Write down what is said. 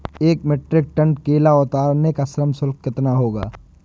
एक metric ton केला उतारने का श्रम शुल्क कितना होगा?